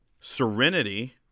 serenity